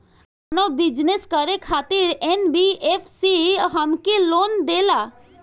का कौनो बिजनस करे खातिर एन.बी.एफ.सी हमके लोन देला?